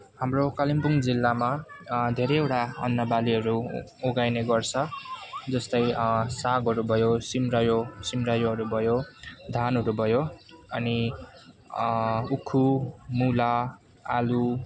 हाम्रो कालिम्पोङ जिल्लामा धेरैवटा अन्नबालीहरू उमारिने गर्छ जस्तै सागहरू भयो सिमरायो सिमरायोहरू भयो धानहरू भयो अनि उखु मुला आलु